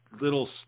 little